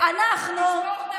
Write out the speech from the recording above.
מרי אזרחי,